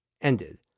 ended